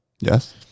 Yes